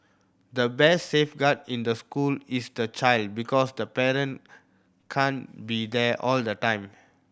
the best safeguard in the school is the child because the paren can't be there all the time